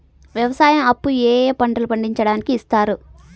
వ్యవసాయం అప్పు ఏ ఏ పంటలు పండించడానికి ఇస్తారు?